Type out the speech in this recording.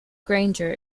granger